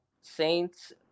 Saints